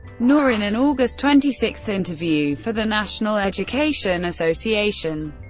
nor in an august twenty six interview for the national education association.